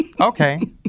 okay